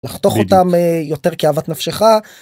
לחתוך אותם יותר כאהבת נפשך.